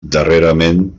darrerament